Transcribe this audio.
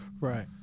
Right